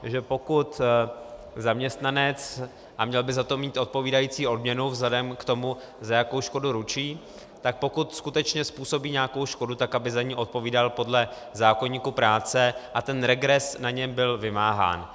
Takže pokud zaměstnanec, a měl by za to mít odpovídající odměnu vzhledem k tomu, za jakou škodu ručí, tak pokud skutečně způsobí nějakou škodu, tak aby za ni odpovídal podle zákoníku práce a ten regres na něm byl vymáhán.